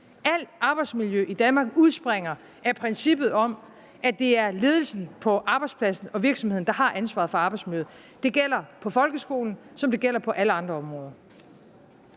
Alt arbejdsmiljø i Danmark udspringer af princippet om, at det er ledelsen på arbejdspladsen og virksomheden, der har ansvaret for arbejdsmiljøet. Det gælder for folkeskolen, som det gælder for alle andre områder.